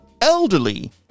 elderly